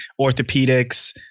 orthopedics